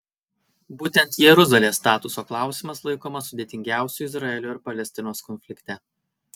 būtent jeruzalės statuso klausimas laikomas sudėtingiausiu izraelio ir palestinos konflikte